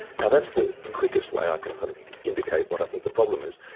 now, that's the quickest way i can kind of indicate what i think the problem is,